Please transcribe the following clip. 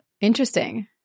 Interesting